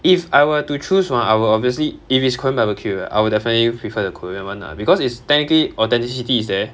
if I were to choose ah I would obviously if it's korean barbecue right I will definitely prefer the korean [one] lah because it's technically authenticity is there